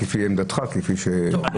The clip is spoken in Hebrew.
כפי שעמדתך --- טוב,